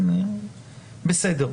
בסדר.